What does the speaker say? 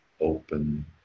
open